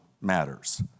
matters